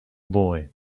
boy